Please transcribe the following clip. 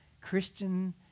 Christian